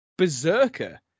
berserker